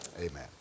Amen